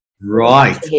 right